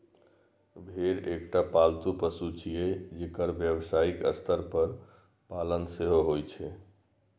भेड़ एकटा पालतू पशु छियै, जेकर व्यावसायिक स्तर पर पालन सेहो होइ छै